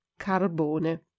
carbone